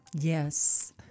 Yes